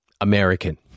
American